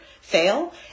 fail